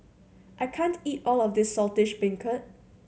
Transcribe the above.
I can't eat all of this Saltish Beancurd